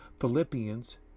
philippians